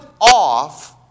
off